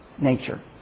nature